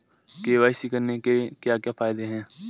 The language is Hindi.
के.वाई.सी करने के क्या क्या फायदे हैं?